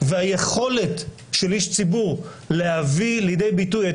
והיכולת של איש ציבור להביא לידי ביטוי את